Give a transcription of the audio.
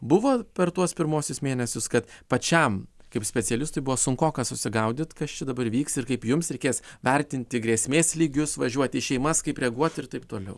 buvo per tuos pirmuosius mėnesius kad pačiam kaip specialistui buvo sunkoka susigaudyt kas čia dabar vyks ir kaip jums reikės vertinti grėsmės lygius važiuot į šeimas kaip reaguot ir taip toliau